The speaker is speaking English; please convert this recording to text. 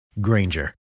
Granger